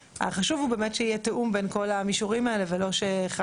והחשוב הוא באמת שיהיה תיאום בין כל המישורים האלה ולא שאחד,